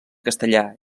castellà